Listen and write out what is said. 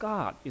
God